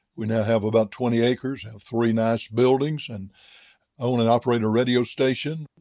we now have about twenty acres, have three nice buildings, and own and operate a radio station.